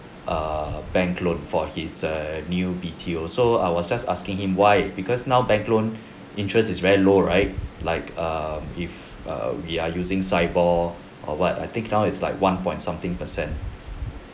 err bank loan for his err new B_T_O so I was just asking him why because now bank loan interest is very low right like err if err we are using SIBOR or what I think now is like one point something percent